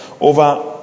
over